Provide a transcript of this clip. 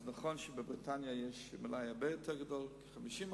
אז נכון שבבריטניה יש מלאי הרבה יותר גדול, ל-50%,